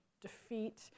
defeat